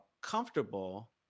comfortable